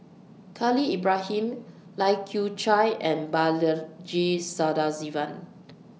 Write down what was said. Khalil Ibrahim Lai Kew Chai and Balaji Sadasivan